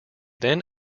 then